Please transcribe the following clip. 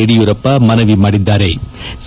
ಯಡಿಯೂರಪ್ಪ ಮನವಿ ಮಾಡಿದ್ಗಾರೆ